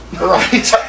Right